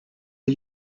are